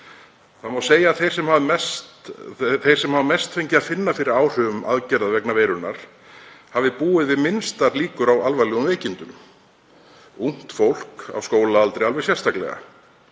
Það má segja að þeir sem mest hafa fengið að finna fyrir áhrifum aðgerða vegna veirunnar hafi búið við minnstar líkur á alvarlegum veikindum, ungt fólk á skólaaldri alveg sérstaklega.